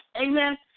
Amen